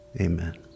Amen